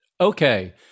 Okay